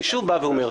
אני שוב אומר,